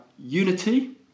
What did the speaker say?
unity